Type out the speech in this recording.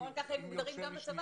בפועל כך הם מוגדרים בצבא.